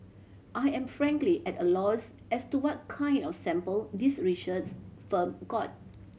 I am frankly at a loss as to what kind of sample this research firm got